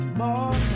more